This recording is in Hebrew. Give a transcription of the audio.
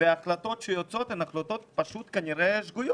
וההחלטות שיוצאות הן פשוט החלטות שגויות.